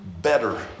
better